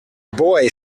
boy